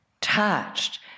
touched